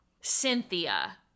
Cynthia